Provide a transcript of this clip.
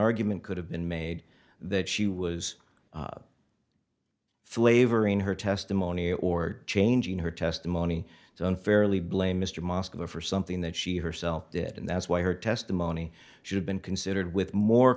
argument could have been made that she was flavoring her testimony or changing her testimony to unfairly blame mr moscow for something that she herself did and that's why her testimony should have been considered with more